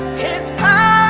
his power